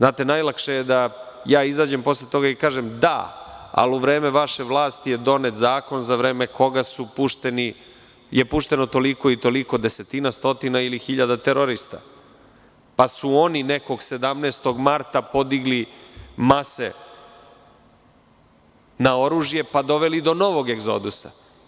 Najlakše je da ja izađem posle toga i kažem – da, ali u vreme vaše vlasti je donet zakon za vreme koga je pušteno toliko i toliko desetina stotina ili hiljada terorista, pa su oni nekog 17. marta podigli mase na oružje, pa doveli do novog egzodusa.